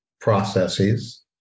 processes